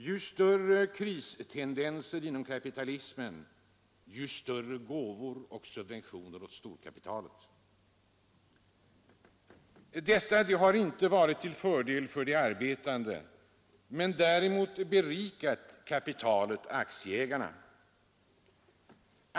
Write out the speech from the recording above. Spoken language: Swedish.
Ju större kristendenser inom kapitalismen, desto större gåvor och subventioner åt storkapitalet. Detta har inte varit till fördel för de arbetande. Däremot har det berikat kapitalet-aktieägarna.